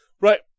Right